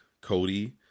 Cody